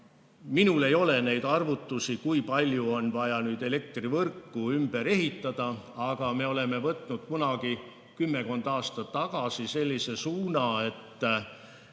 ei ole neid arvutusi, kui palju on vaja elektrivõrku ümber ehitada, aga me võtsime kunagi kümmekond aastat tagasi sellise suuna, et